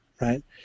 right